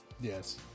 Yes